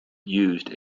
used